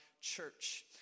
church